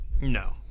No